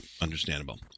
Understandable